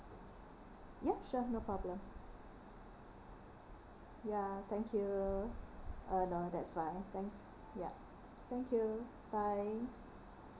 ya sure no problem ya thank you uh no that's fine thanks ya thank you bye